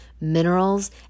minerals